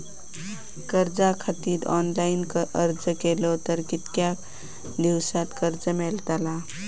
कर्जा खातीत ऑनलाईन अर्ज केलो तर कितक्या दिवसात कर्ज मेलतला?